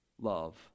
love